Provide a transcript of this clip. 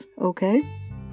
Okay